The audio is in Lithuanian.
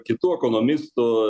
kitų ekonomistų